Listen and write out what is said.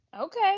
Okay